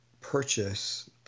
purchase